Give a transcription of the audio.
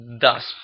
thus